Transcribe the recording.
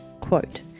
quote